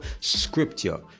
scripture